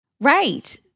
Right